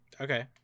okay